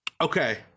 Okay